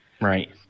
Right